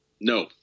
no